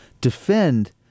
defend